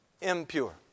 impure